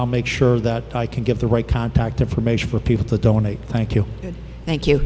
i'll make sure that i can get the right contact information for people to donate thank you thank you